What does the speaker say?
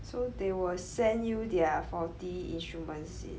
so they will send you their faulty issue [one] is it